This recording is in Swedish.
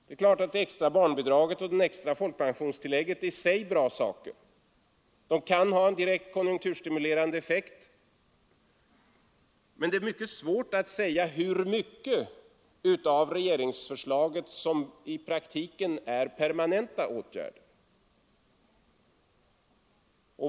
Det är klart att det extra barnbidraget och det extra folkpensionstillägget i sig är bra saker — de kan ha en direkt konjunkturstimulerande effekt — men det är svårt att säga hur mycket av regeringsförslaget som i praktiken är permanenta åtgärder.